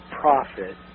profit